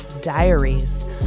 Diaries